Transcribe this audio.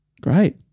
Great